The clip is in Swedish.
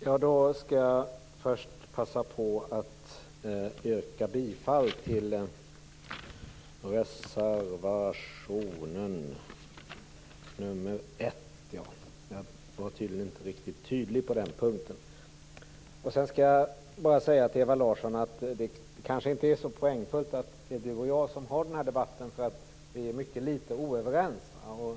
Herr talman! Först skall jag passa på att yrka bifall till reservation nr 1. Jag var tydligen inte riktigt tydlig på den punkten. Till Ewa Larsson vill jag säga att det kanske inte är så poängfullt att det är just vi som har den här debatten. Vi är inte särskilt oense.